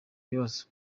ibibazo